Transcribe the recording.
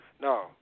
No